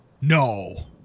No